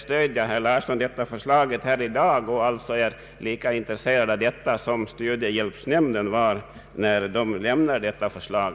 Stöder herr Larsson detta förslag, och är han lika intresserad av det som studiehjälpsnämnden var när den lämnade detta förslag?